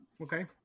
Okay